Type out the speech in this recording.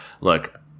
look